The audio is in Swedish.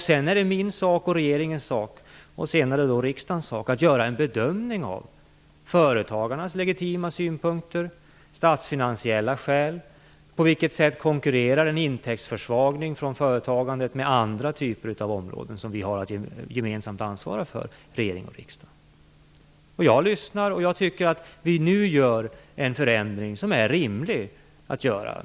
Sedan är det min och regeringens sak, och senare riksdagens sak, att göra en bedömning av företagarnas legitima synpunkter, statsfinansiella skäl och på vilket sätt en intäktsförsvagning från företagandet konkurrerar med andra typer av områden som regering och riksdag har att gemensamt ansvara för. Jag lyssnar och tycker att vi nu gör en förändring som är rimlig att göra.